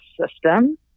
system